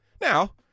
Now